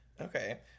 Okay